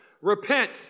repent